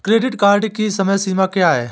Credit card की समय सीमा क्या है?